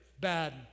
bad